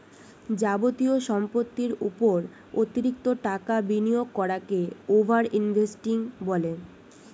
যাবতীয় সম্পত্তির উপর অতিরিক্ত টাকা বিনিয়োগ করাকে ওভার ইনভেস্টিং বলে